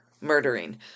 murdering